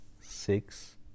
six